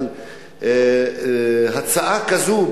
על הצעה כזאת,